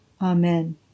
Amen